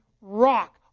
rock